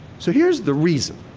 so, here's the reason.